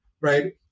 right